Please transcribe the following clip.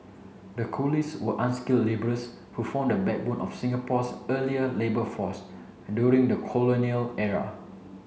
the coolies were unskilled labourers who formed the backbone of Singapore's earlier labour force during the colonial era